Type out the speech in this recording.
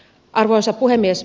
arvoisa puhemies